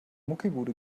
muckibude